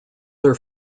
are